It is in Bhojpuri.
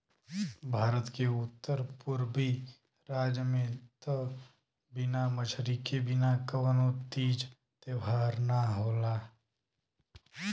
भारत के उत्तर पुरबी राज में त बिना मछरी के बिना कवनो तीज त्यौहार ना होला